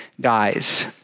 dies